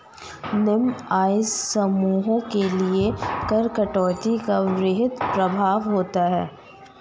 निम्न आय समूहों के लिए कर कटौती का वृहद प्रभाव होता है